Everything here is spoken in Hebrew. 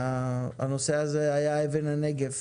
הנושא הזה היה אבן הנגף